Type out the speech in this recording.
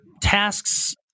tasks